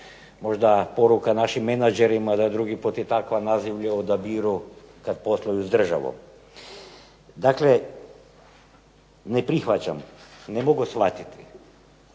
Možda poruka našim menadžerima da drugi put i takva nazivlja odabiru kad posluju s državom. Dakle, ne prihvaćam, ne mogu shvatiti